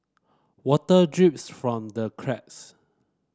water drips from the cracks